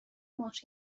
ماچ